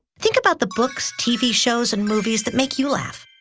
think about the books, tv shows, and movies that make you laugh.